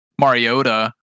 Mariota